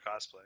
cosplay